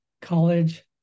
college